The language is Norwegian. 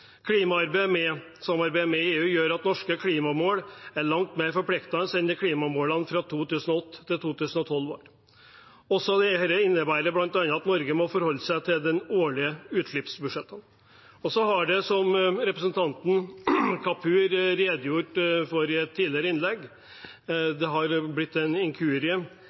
med EU gjør at norske klimamål er langt mer forpliktende enn klimamålene fra 2008 til 2012 var. Dette innebærer også at Norge bl.a. må forholde seg til de årlige utslippsbudsjettene. Så er det, som representanten Kapur redegjorde for i et tidligere innlegg, blitt en inkurie